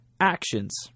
actions